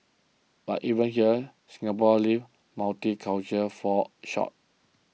but even here Singapore's lived multicultural falls short